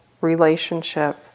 relationship